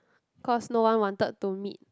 cause no one wanted to meet